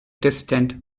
distant